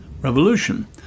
revolution